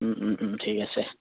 ঠিক আছে